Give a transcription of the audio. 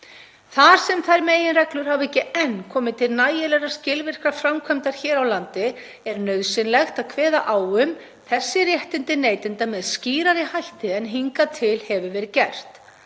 Þar sem þær meginreglur hafa ekki enn komið til nægilega skilvirkrar framkvæmdar hér á landi er nauðsynlegt að kveða á um þessi réttindi neytenda með skýrari hætti en hingað til hefur verið gert.